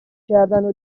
کردنو